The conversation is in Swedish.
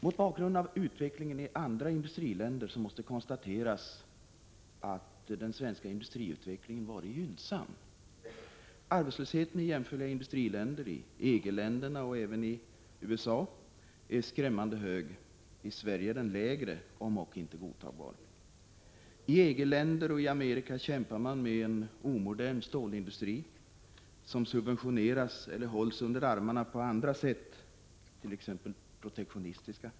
Mot bakgrund av utvecklingen i andra industriländer måste konstateras att den svenska industriutvecklingen varit gynnsam. Arbetslösheten i jämförliga industriländer, i EG-länderna och även i USA, är skrämmande hög. I Sverige är den lägre om ock inte godtagbar. I EG-länder och i Amerika kämpar man med en omodern stålindustri som subventioneras eller hålls under armarna på andra sätt, t.ex. protektionistiska.